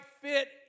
fit